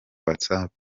whatsapp